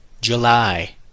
July